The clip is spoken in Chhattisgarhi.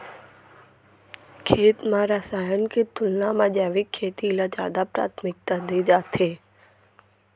खेत मा रसायन के तुलना मा जैविक खेती ला जादा प्राथमिकता दे जाथे